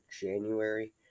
January